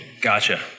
Gotcha